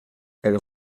elle